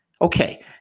Okay